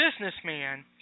businessman